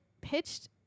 pitched